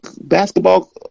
basketball